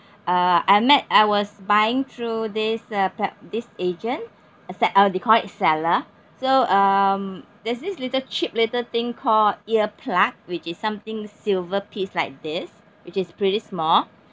uh I met I was buying through this uh plat~ this agent sell uh they call it seller so um there's this little cheap little thing called ear plug which is something silver piece like this which is pretty small